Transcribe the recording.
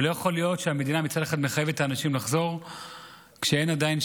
לא יכול להיות שהמדינה מצד אחד מחייבת את האנשים לחזור כשאין שם עדיין,